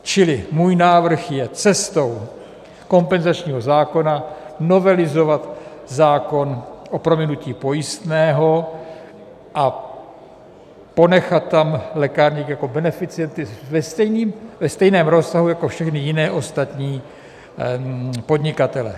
Čili můj návrh je cestou kompenzačního zákona novelizovat zákon o prominutí pojistného a ponechat tam lékárníky jako beneficienty ve stejném rozsahu jako všechny jiné, ostatní podnikatele.